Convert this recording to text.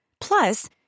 Plus